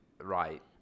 right